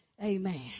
Amen